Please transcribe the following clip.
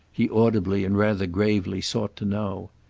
he audibly and rather gravely sought to know.